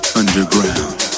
underground